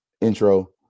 intro